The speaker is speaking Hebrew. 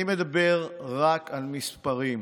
אני מדבר רק על מספרים.